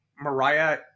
Mariah